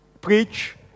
preach